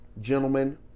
Gentlemen